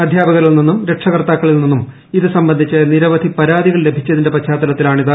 അധ്യാപകരിൽ നിന്നും പ്രക്ഷാകർത്താക്കളിൽ നിന്നും ഇതു സംബന്ധിച്ച് നിർവ്വധി പരാതികൾ ലഭിച്ചതിന്റെ പശ്ചാത്തലത്തിലാണിത്